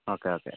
okay okay